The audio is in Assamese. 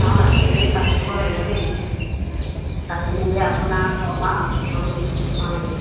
অঁ আজিয়ে পাতিব লাগিব দেই পাতি মেলি আপোনাক ক'ম আৰু অঁ অঁ